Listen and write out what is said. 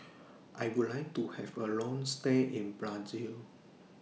I Would like to Have A Long stay in Brazil